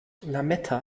lametta